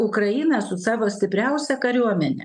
ukraina su savo stipriausia kariuomene